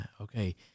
okay